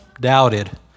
doubted